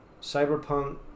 Cyberpunk